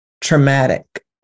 traumatic